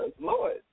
Lord